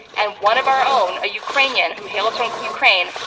and one of our own, a ukrainian who hails from ukraine,